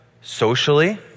socially